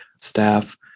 staff